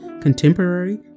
contemporary